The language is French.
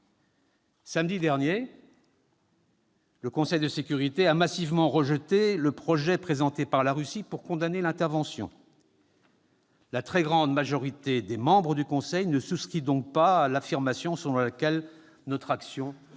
Samedi dernier, le Conseil de sécurité a massivement rejeté le projet présenté par la Russie pour condamner l'intervention. La très grande majorité des membres du Conseil ne souscrit donc pas à l'affirmation selon laquelle notre action serait